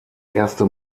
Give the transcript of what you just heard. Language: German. erste